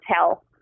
tell